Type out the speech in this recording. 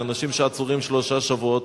אנשים שעצורים שלושה שבועות.